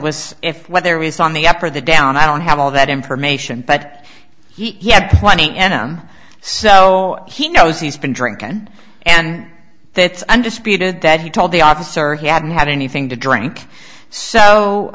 was if weather was on the up or the down i don't have all that information but he had plenty of em so he knows he's been drinkin and that undisputed that he told the officer he hadn't had anything to drink so